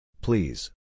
Please